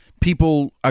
people